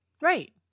right